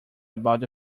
about